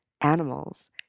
animals